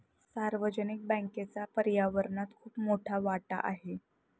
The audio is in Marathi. सार्वजनिक बँकेचा पर्यावरणात खूप मोठा वाटा आहे